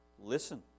Listen